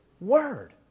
word